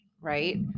right